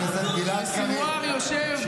אחדות